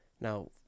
Now